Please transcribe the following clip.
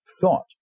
thought